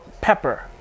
pepper